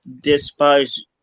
despise